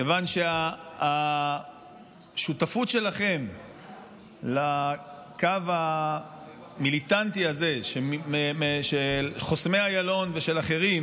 מכיוון שהשותפות שלכם לקו המיליטנטי הזה של חוסמי איילון ושל אחרים